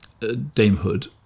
damehood